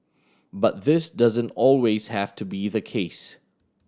but this doesn't always have to be the case